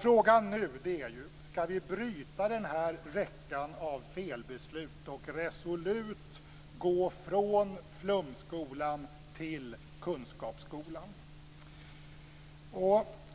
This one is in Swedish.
Frågan nu är om vi ska vi bryta den här räckan av felbeslut och resolut gå från flumskolan till kunskapsskolan.